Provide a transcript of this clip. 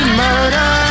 murder